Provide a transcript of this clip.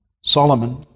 Solomon